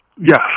Yes